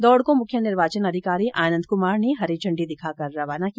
दौड को मुख्य निर्वाचन अधिकारी आनन्द कुमार ने हरी झण्डी दिखाकर रवाना किया